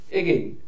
again